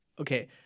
okay